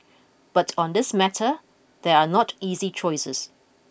but on this matter there are not easy choices